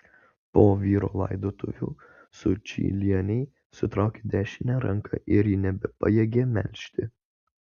po vyro laidotuvių sučylienei sutraukė dešinę ranką ir ji nebepajėgė melžti